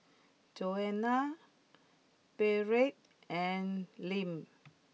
Joanna Beatrice and Lim